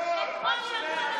בוגדים, נכון?